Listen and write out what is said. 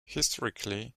historically